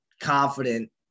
confident